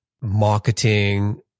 marketing